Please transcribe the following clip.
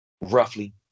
roughly